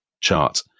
chart